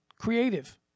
creative